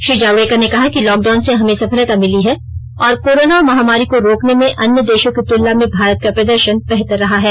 श्री जावड़ेकर ने कहा कि लॉकडाउन से हमें सफलता मिली है और कोरोना महामारी को रोकने में अन्य देशों की तुलना में भारत का प्रदर्शन बेहतर रहा है